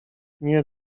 nie